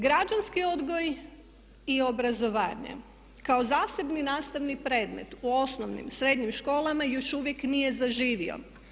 Građanski odgoj i obrazovanje kao zasebni nastavni predmet u osnovnim, srednjim školama još uvijek nije zaživio.